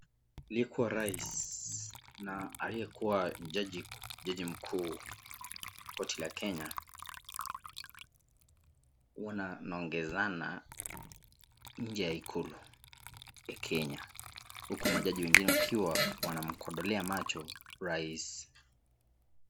Aliyekuwa rais na aliyekuwa jaji mkuu wa korti la kenya wananongezana nje ya ikulu ya Kenya huku majaji wengine wakiwa wanakondolea macho rais.